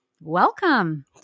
Welcome